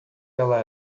ela